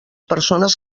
persones